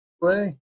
Play